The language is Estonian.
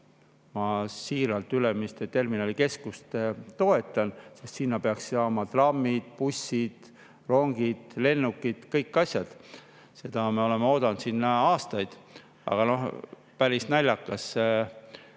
Ma siiralt toetan Ülemiste terminalikeskust, sest sinna peaks tulema trammid, bussid, rongid, lennukid, kõik asjad. Seda me oleme oodanud sinna aastaid. Aga päris naljakas